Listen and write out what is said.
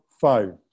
five